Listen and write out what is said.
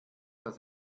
das